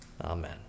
Amen